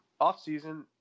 offseason